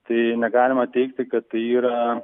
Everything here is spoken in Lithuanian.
tai negalima teigti kad yra